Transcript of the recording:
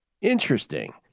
Interesting